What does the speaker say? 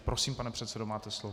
Prosím, pane předsedo, máte slovo.